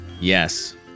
Yes